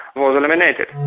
was eliminated.